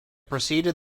preceded